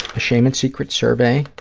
a shame and secrets survey,